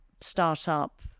startup